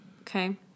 Okay